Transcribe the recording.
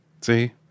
See